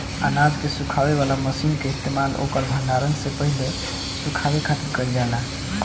अनाज के सुखावे वाला मशीन के इस्तेमाल ओकर भण्डारण से पहिले सुखावे खातिर कईल जाला